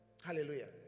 Hallelujah